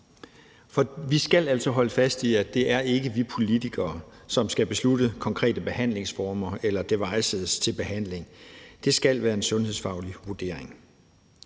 altså holde fast i, at det ikke er os politikere, som skal beslutte konkrete behandlingsformer eller devices til behandling; det skal være en sundhedsfaglig vurdering.